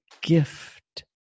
gift